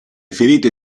ferite